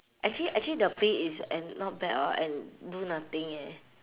actually actually the pay is and not bad orh and do nothing eh